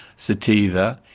sativa,